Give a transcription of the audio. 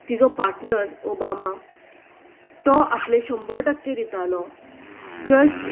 तिजो partner Obama तो आपले शंबर टक्के दितालो जस्ट